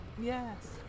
Yes